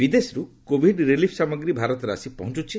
ବିଦେଶରୁ Covid relief ସାମଗ୍ରୀ ଭାରତରେ ଆସି ପହଞ୍ଚୁଛି